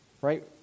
right